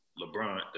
LeBron